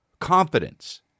confidence